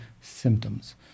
symptoms